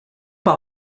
par